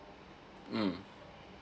mm